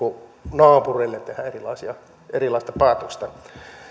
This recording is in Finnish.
naapurille tehdä erilaista päätöstä